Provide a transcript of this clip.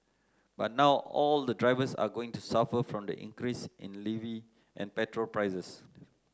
but now all the drivers are going to suffer from the increase in levy and petrol prices